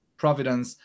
providence